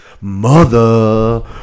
mother